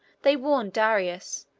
they warned darius,